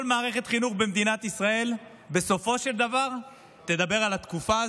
כל מערכת חינוך במדינת ישראל בסופו של דבר תדבר על התקופה הזו,